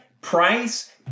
price